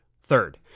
Third